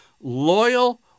loyal